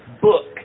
book